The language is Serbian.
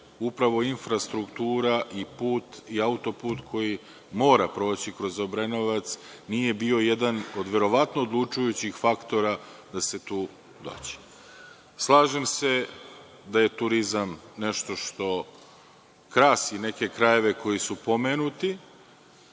upravo infrastruktura i autoput, koji mora proći kroz Obrenovac, da nije bio jedan od verovatno odlučujućih faktora da se tu dođe. Slažem se da je turizam nešto što krasi neke krajeve koji su pomenuti,